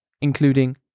including